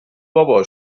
بابا